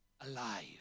alive